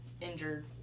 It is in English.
Injured